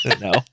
No